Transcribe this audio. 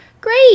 Great